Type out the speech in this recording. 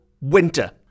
winter